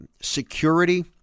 security